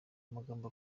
amagambo